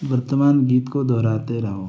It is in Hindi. वर्तमान गीत को दोहराते रहो